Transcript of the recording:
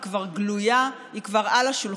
היא כבר גלויה, היא כבר על שולחן.